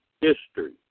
history